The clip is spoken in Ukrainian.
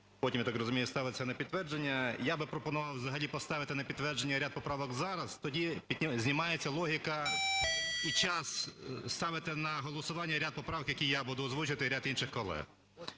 потім, я так розумію, ставитися на підтвердження. Я би пропонував взагалі поставити на підтвердження ряд поправок зараз, тоді знімається логіка, під час ставити на голосування ряд поправок, які я буду озвучувати і ряд інших колег.